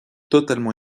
totalement